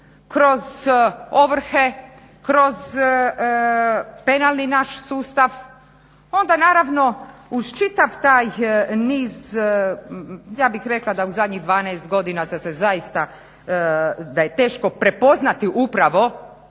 kroz ovrhe, kroz penalni naš sustav, onda naravno uz čitav taj niz ja bih rekla da u zadnjih 12 godina sam se zaista, da je teško prepoznati upravo